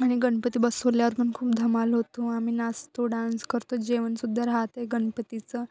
आणि गणपती बसवल्यावर पण खूप धमाल होतो आम्ही नाचतो डान्स करतो जेवण सुद्धा राहते गणपतीचं